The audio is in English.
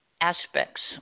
aspects